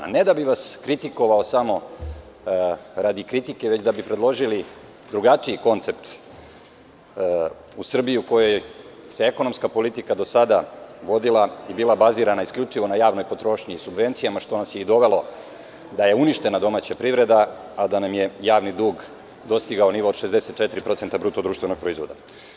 da bih vas kritikovao samo radi kritike, već da bi predložili drugačiji koncept u Srbiji u kojoj se ekonomska politika do sada vodila i bila bazirana isključivo na javnoj potrošnji i subvencijama, što nas je i dovelo da je uništena domaća privreda, a da nam je javni dug dostigao nivo od 64% bruto društvenog proizvoda.